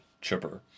chipper